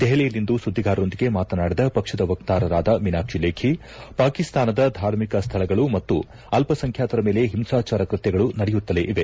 ದೆಪಲಿಯಲ್ಲಿಂದು ಸುದ್ಗಿಗಾರರೊಂದಿಗೆ ಮಾತನಾಡಿದ ಪಕ್ಷದ ವಕ್ಷಾರರಾದ ಮೀನಾಕ್ಷಿ ಲೇಖಿ ಪಾಕಿಸ್ತಾನದ ಧಾರ್ಮಿಕ ಸ್ವಳಗಳು ಮತ್ತು ಅಲ್ಲಸಂಖ್ಯಾತರ ಮೇಲೆ ಹಿಂಸಾಜಾರ ಕೃತ್ವಗಳು ನಡೆಯುತ್ತಲೇ ಇವೆ